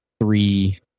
three